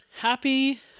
Happy